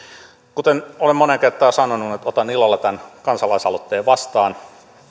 kuten olen moneen kertaan sanonut otan ilolla tämän kansalaisaloitteen vastaan